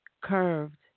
curved